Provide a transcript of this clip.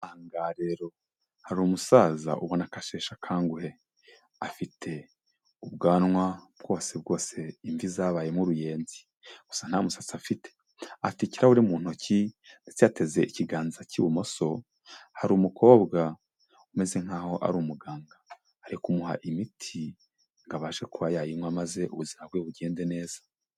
Aha ngaha rero hari umusaza ubona ko ashesha akanguhe. Afite ubwanwa bwose bwose imvi zabayemo uruyenzi gusa nta musatsi afite. Afite ikirahuri mu ntoki ndetse yateze ikiganza k'ibumoso, hari umukobwa umeze nk'aho ari umuganga. Ari kumuha imiti ngo abashe kuba yayinywa maze ubuzima bwe bugende neza.